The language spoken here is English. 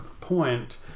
point